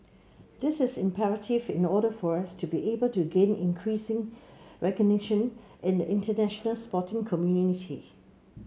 this is imperative in order for us to be able to gain increasing recognition in the international sporting community